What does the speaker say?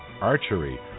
archery